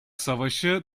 savaşı